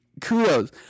kudos